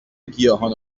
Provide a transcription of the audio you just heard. گیاهان